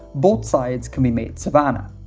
both sides can be made savanna.